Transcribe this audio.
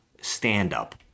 stand-up